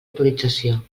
autorització